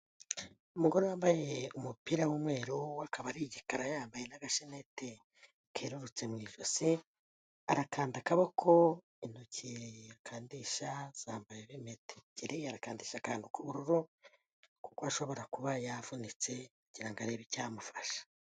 Umugore wambaye umupira w'umweru, akaba ari igikara yambaye n'agasheneti kerurutse mu ijosi, arakanda akaboko intoki akandisha zambaye metero ebyiri, arakandisha akantu ku maboko, kuko ashobora kuba yaravunitse kugira ngo arebe icyamufasha.